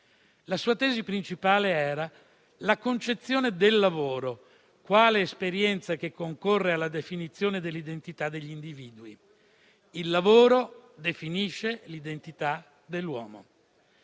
La sua tesi principale era la concezione del lavoro quale esperienza che concorre alla definizione dell'identità degli individui. Il lavoro definisce l'identità dell'uomo.